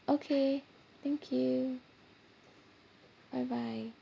okay thank you bye bye